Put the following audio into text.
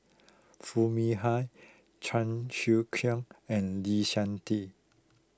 Foo Mee Har Chan Sek Keong and Lee Seng Tee